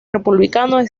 republicano